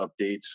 updates